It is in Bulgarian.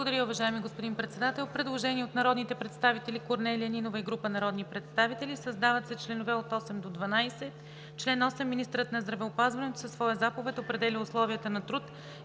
Благодаря, уважаеми господин Председател. Предложение от народния представител Корнелия Нинова и група народни представители: „Създават се членове от 8 до 12: „Чл. 8. Министърът на здравеопазването със своя заповед определя условията на труд